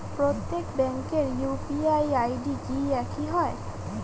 প্রত্যেক ব্যাংকের UPI ID কি একই হয়?